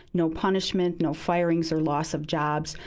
no punishment, no firings or loss of jobs,